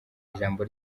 ijambo